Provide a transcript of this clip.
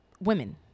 women